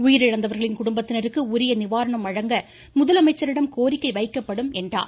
உயிரிழந்தவர்களின் குடும்பத்தினருக்கு வழங்க முதலமைச்சரிடம் கோரிக்கை வைக்கப்படும் என்றார்